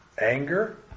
anger